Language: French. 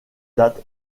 date